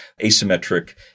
asymmetric